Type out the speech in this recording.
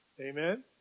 Amen